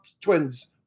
Twins